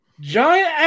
Giant